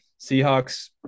Seahawks